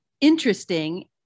interesting